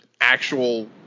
actual